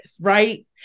Right